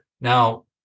Now